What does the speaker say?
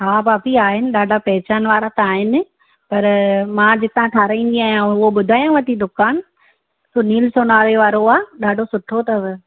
हा भाभी आहिनि ॾाढा पहिचान वारा त आहिनि पर मां जितां ठहाराईंदी आहियां उहो बुधायावती दुकानु सुनिल सुनारे वारो आहे ॾाढो सुठो अथव